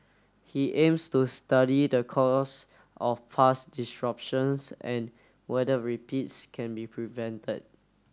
he aims to study the cause of past disruptions and whether repeats can be prevented